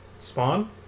Spawn